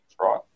right